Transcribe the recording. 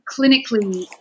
clinically